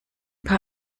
paar